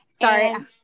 Sorry